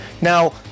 now